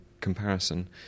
comparison